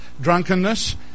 drunkenness